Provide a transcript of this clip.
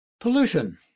Pollution